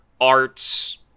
arts